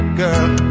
girl